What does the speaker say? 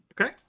Okay